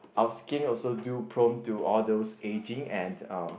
our skin also do prone to all those aging and uh